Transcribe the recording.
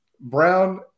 Brown